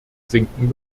sinken